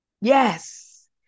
Yes